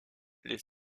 les